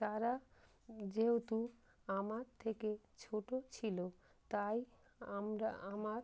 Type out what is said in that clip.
তারা যেহেতু আমার থেকে ছোটো ছিলো তাই আমরা আমার